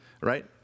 Right